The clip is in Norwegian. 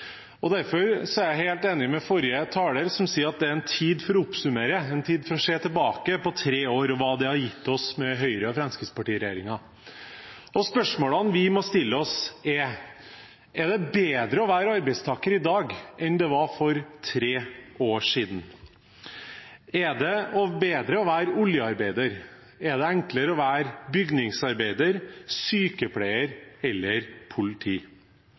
Derfor er jeg helt enig med forrige taler, som sier at det er en tid for å oppsummere, en tid for å se tilbake på tre år og hva det har gitt oss med Høyre–Fremskrittsparti-regjeringen. Spørsmålene vi må stille oss, er: Er det bedre å være arbeidstaker i dag enn det var for tre år siden? Er det bedre å være oljearbeider? Er det enklere å være bygningsarbeider, sykepleier eller politi?